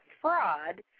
fraud